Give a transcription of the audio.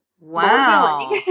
wow